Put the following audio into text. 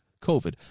COVID